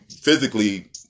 physically